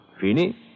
Fini